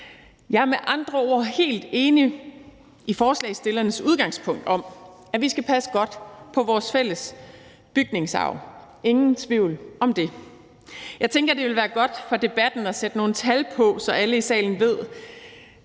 Jeg er med andre ord helt enig i forslagsstillernes udgangspunkt om, at vi skal passe godt på vores fælles bygningsarv. Ingen tvivl om det. Jeg tænker, det vil være godt for debatten at sætte nogle tal på, så alle i salen ved,